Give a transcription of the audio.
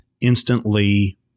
instantly